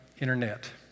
internet